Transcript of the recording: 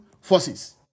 forces